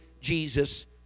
Jesus